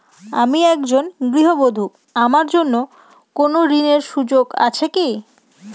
আমি একজন গৃহবধূ আমার জন্য কোন ঋণের সুযোগ আছে কি?